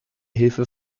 hilfe